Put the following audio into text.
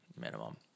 minimum